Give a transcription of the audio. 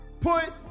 put